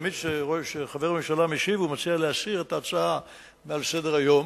אני תמיד רואה שכשחבר ממשלה משיב הוא מציע להסיר את ההצעה מעל סדר-היום.